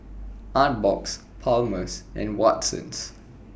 Artbox Palmer's and Watsons